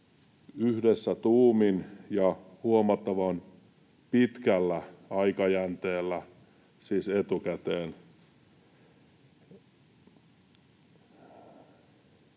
yhdessä tuumin ja huomattavan pitkällä aikajänteellä, siis etukäteen.